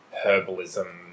herbalism